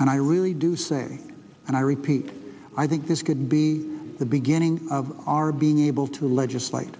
and i really do say and i repeat i think this could be the beginning of our being able to legislate